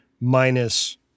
minus